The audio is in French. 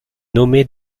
nommée